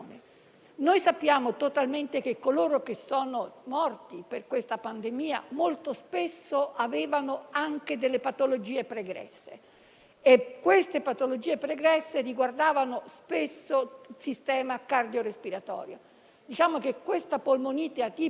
delle patologie pregresse, che riguardavano spesso il sistema cardiorespiratorio. Diciamo che questa polmonite atipica devastante, che ha prodotto tante vittime nel mondo intero, aveva buon gioco davanti a polmoni già sofferenti a causa di pregresse patologie.